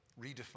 redefine